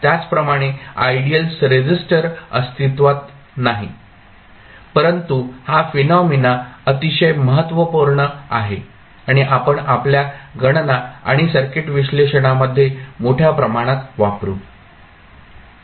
त्याचप्रमाणे ideal resistor अस्तित्वात नाही परंतु हा फेनॉमेना अतिशय महत्त्वपूर्ण आहे आणि आपण आपल्या गणना आणि सर्किट विश्लेषणामध्ये मोठ्या प्रमाणात वापरु